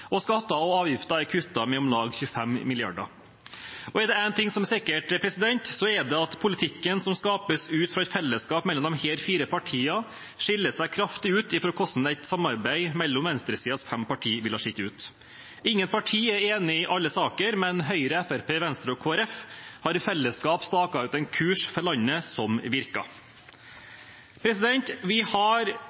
og skatter og avgifter er kuttet med om lag 25 mrd. kr. Er det én ting som er sikkert, er det at politikken som skapes ut fra et fellesskap mellom disse fire partiene, skiller seg kraftig ut fra hvordan et samarbeid mellom venstresidens fem partier ville ha sett ut. Ingen partier er enige i alle saker, men Høyre, Fremskrittspartiet, Venstre og Kristelig Folkeparti har i fellesskap staket ut en kurs for landet som virker. Vi har